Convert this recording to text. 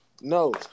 No